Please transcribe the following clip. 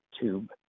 tube